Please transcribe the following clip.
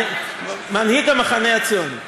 מנהיג המחנה הציוני.